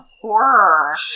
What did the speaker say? horror